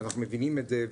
אנחנו מבינים את זה.